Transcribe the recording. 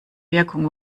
wirkung